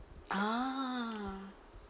ah